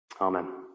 Amen